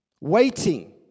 waiting